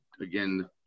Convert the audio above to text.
again